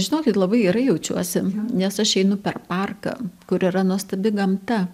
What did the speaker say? žinokit labai gerai jaučiuosi nes aš einu per parką kur yra nuostabi gamta